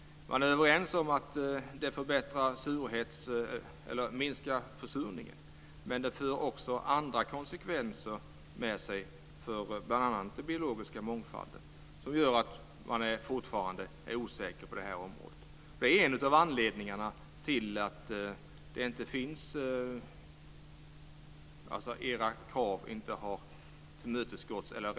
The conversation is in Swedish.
Man är överens om att det minskar försurningen, men det får konsekvenser för bl.a. den biologiska mångfalden. Det gör att man fortfarande är osäker på det här området. Det är en av anledningarna till att era krav inte finns med i regeringspropositionen.